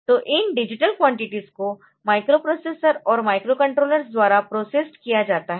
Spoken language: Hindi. तो इन डिजिटल क्वान्टिटीज़ को माइक्रोप्रोसेसरों और माइक्रोकंट्रोलर्स द्वारा प्रोसेस्ड किया जा सकता है